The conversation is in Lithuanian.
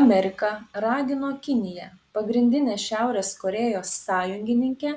amerika ragino kiniją pagrindinę šiaurės korėjos sąjungininkę